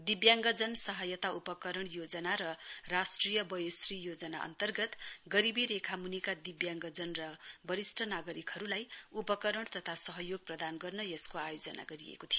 दिभ्याङ्गजन सहायता उपकरण योजना र राष्ट्रिय बयोश्री योजना अन्तर्गत गरीबी रेखा म्निका दिब्याङ्गजन र वरिष्ट नागरिकहरूलाई उपकरण तथा सहयोग प्रदान गर्न यसको आयोजना गरिएको थियो